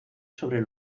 sobre